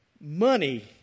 money